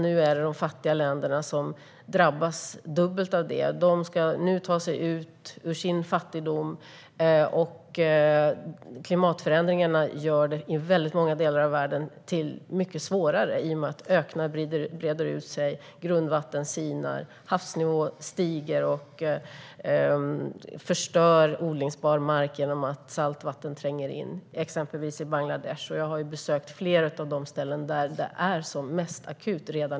Nu är det de fattiga länderna som drabbas dubbelt av detta. De ska ta sig ur sin fattigdom, och klimatförändringarna gör det mycket svårare i och med att öknar breder ut sig, grundvatten sinar och havsnivån stiger och förstör odlingsbar mark genom att saltvatten tränger in, exempelvis i Bangladesh. Jag har besökt flera av de ställen där det är som mest akut.